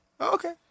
Okay